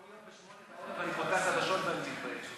כל יום ב-20:00 אני פותח חדשות ואני מתבייש.